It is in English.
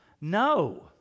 No